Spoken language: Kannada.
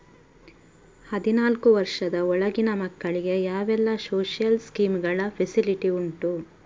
ಹದಿನಾಲ್ಕು ವರ್ಷದ ಒಳಗಿನ ಮಕ್ಕಳಿಗೆ ಯಾವೆಲ್ಲ ಸೋಶಿಯಲ್ ಸ್ಕೀಂಗಳ ಫೆಸಿಲಿಟಿ ಉಂಟು?